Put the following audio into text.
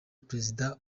prezida